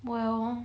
well